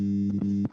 בבקשה.